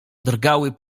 drgały